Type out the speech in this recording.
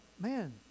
man